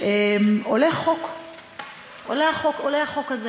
עולה החוק הזה,